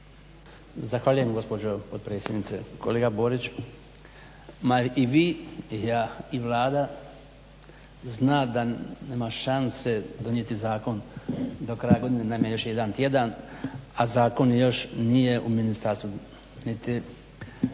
Zahvaljujem gospođo potpredsjednice. Kolega Borić, ma i vi i ja i Vlada zna da nema šanse donijeti zakon, do kraja godine je naime još jedan tjedan, a zakon još nije u ministarstvu, niti osnovne